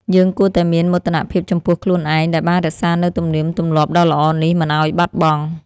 យើងគួរតែមានមោទនភាពចំពោះខ្លួនឯងដែលបានរក្សានូវទំនៀមទម្លាប់ដ៏ល្អនេះមិនឱ្យបាត់បង់។